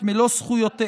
את מלוא זכויותיהם,